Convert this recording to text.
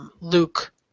Luke